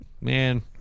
man